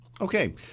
Okay